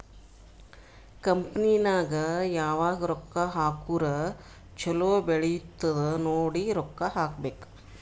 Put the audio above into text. company ನಾಗ್ ಯಾವಾಗ್ ರೊಕ್ಕಾ ಹಾಕುರ್ ಛಲೋ ಬೆಳಿತ್ತುದ್ ನೋಡಿ ರೊಕ್ಕಾ ಹಾಕಬೇಕ್